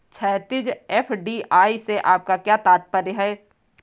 क्षैतिज, एफ.डी.आई से आपका क्या तात्पर्य है?